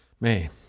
man